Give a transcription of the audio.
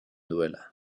duela